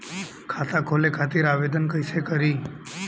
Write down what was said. खाता खोले खातिर आवेदन कइसे करी?